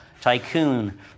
tycoon